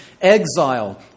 exile